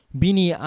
bini